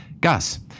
Gus